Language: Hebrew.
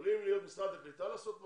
יכולים משרד הקליטה לעשות משהו,